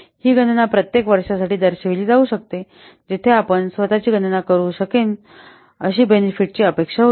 ही गणना प्रत्येक वर्षासाठी दर्शविली जाऊ शकते जिथे आपण स्वतःची गणना करू शकेन अशी बेनिफिट ची अपेक्षा होती